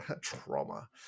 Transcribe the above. trauma